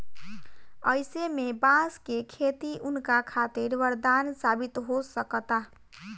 अईसे में बांस के खेती उनका खातिर वरदान साबित हो सकता